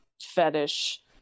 fetish